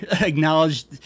acknowledged